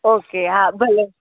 okay હા ભલે